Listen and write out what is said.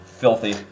Filthy